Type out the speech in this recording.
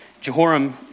Jehoram